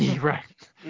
Right